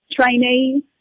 trainees